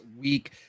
week